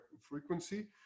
frequency